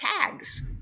tags